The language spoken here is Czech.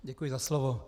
Děkuji za slovo.